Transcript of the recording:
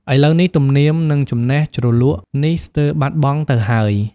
ឥឡូវនេះ ទំនៀម និងចំណេះជ្រលក់នេះស្ទើរបាត់បង់ទៅហើយ។